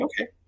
okay